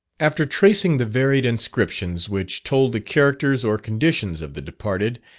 after tracing the varied inscriptions which told the characters or conditions of the departed,